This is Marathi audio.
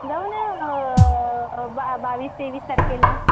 जाऊ न ब बावीस तेवीस तारखेला